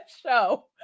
show